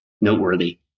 noteworthy